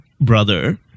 brother